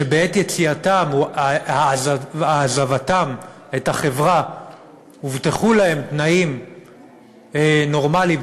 שבעת יציאתם או העזבתם מהחברה הובטחו להם תנאים נורמליים,